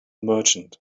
merchant